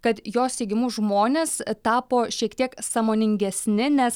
kad jos teigimu žmonės tapo šiek tiek sąmoningesni nes